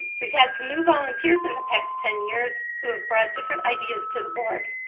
we've had some new volunteers in the past ten years who have brought different ideas to the board.